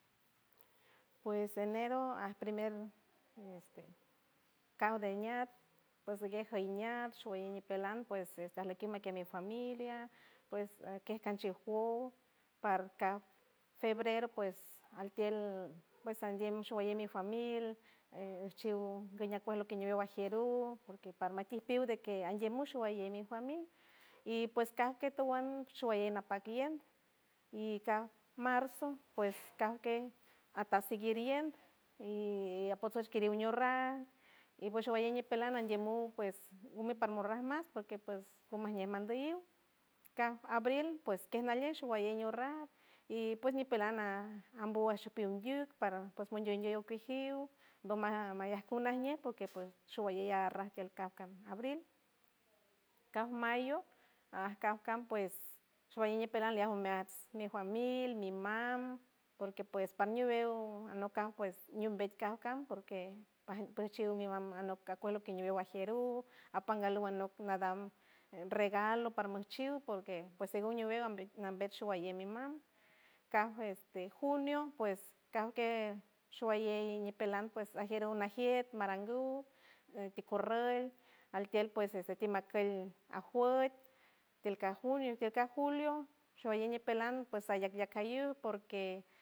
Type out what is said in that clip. Pues enero, aj primer este cabo de iñat, pues aguejo iñat shue ñipelan pues este ajlekej mi kej mi familia pues ajkej canchiej jow, parkaj febrero pues, altiel pues ajke canchin jow, parkaj febrero pues altiel pues sandiem showalley mi famil, ajchiw guiñac kuej lo que ñuwew ajeriw porque parma kij piw de que andiem mush showalley mi famil, y pues kajke tuan showalley napak iend ikas marzo pues kaj kej ajta seguir iend y apotsojt a kiriw ñurrar y ps showalley ñipelan andiem mum pues ngumi parmurraj mas porque pues ngo mandiem majguñim kaj abril pues kej najliej shuwañej ñurraj y pues ñiperan aj ambu shupi nguiüs para pues mongañen ipojiw doj doman kuñajñe porque pues showalley alrrajke kajka abril kaj mayo ajkaj cam pues showalley ñipeñan lean umiants mi famil mi mam porque pues parñiwew anok caj pues ñiwbej kajka porque paj pues chiw mianop kaj lo que añiwew ajieruw ajpangalu alok nadam regalo parmaj chiw porque pues según ñiwew am- ambesh showalley mi mam kaj este junio pues kaj ke showalley ñipelan pues ajier onajiet maranguw tikorrrul altiel pues timakult ajuet tiel caj junio tiel kaj julio showalley ñipelan pues ayac yakalliw porque.